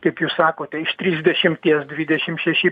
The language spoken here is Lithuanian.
kaip jūs sakote iš trisdešimties dvidešim šeši